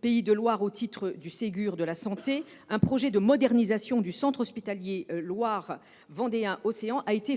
Pays de la Loire au titre du Ségur de la santé, un projet de modernisation du centre hospitalier Loire Vendée Océan a été